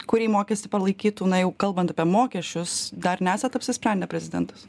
kurį mokestį palaikytų na jau kalbant apie mokesčius dar nesat apsisprendę prezidentas